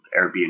Airbnb